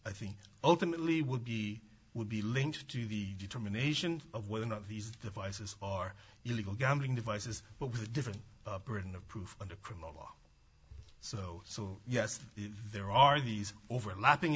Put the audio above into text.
i think ultimately would be would be linked to the determination of whether or not these devices are illegal gambling devices but with a different burden of proof under criminal law so so yes there are these overlapping